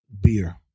beer